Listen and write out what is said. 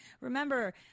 Remember